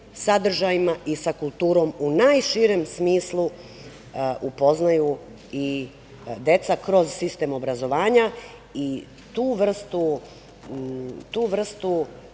i sa kulturom u najširem smislu upoznaju i deca kroz sistem obrazovanja. Tu vrstu